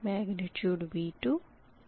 तो i2 के लिए यह इस तरह है